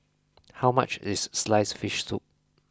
how much is sliced fish soup